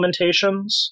implementations